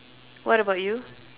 what about you